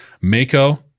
Mako